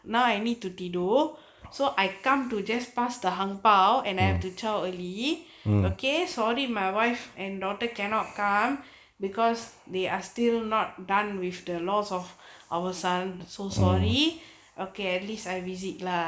நா:naa I need to tea do so I come to just past a ang pow and I have to tell early okay sorry my wife and daughter cannot come because they are still not done with the loss of our son so sorry okay at least I visit lah